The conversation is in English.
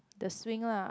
the swing lah